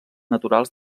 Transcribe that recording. naturals